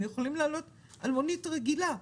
הם יכולים לעלות על מונית רגילה,